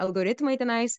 algoritmai tenais